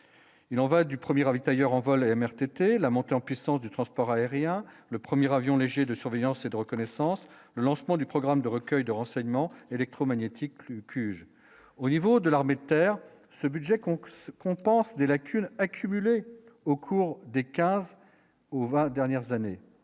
il en va du 1er ravitailleur en vol MRTT la montée en puissance du transport aérien, le 1er avion léger, de surveillance et de reconnaissance, lancement du programme de recueil de renseignements électromagnétiques Lucu au niveau de l'armée de terre, ce budget qu'on compense des lacunes accumulées au cours des 15 ou 20 dernières années,